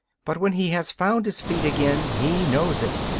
but when he has found his feet again he knows it.